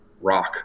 rock